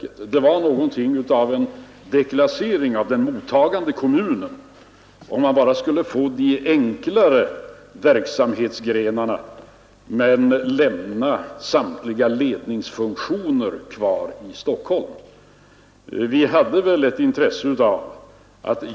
Det skulle vara någonting av en deklassering av den mottagande kommunen, om denna skulle få bara de enklare verksamhetsgrenarna medan samtliga ledningsfunktioner lämnades kvar i Stockholm.